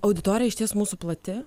auditorija išties mūsų plati